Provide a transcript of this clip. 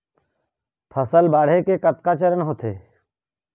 फसल बाढ़े के कतका चरण होथे?